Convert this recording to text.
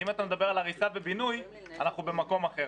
אם אתה מדבר על הריסה ובינוי, אנחנו במקום אחר.